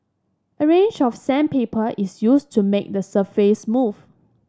a range of sandpaper is used to make the surface smooth